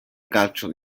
calcio